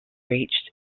reached